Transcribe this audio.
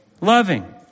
Loving